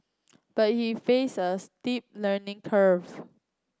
but he faced a steep learning curve